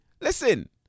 listen